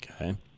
Okay